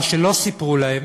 מה שלא סיפרו להם,